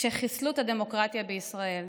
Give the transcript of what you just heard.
כשחיסלו את הדמוקרטיה בישראל,